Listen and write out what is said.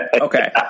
okay